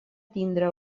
tindre